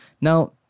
Now